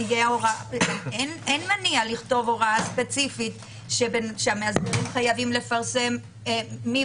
אין מניעה לכתוב הוראה ספציפית שהמאסדים חייבים לפרסם מי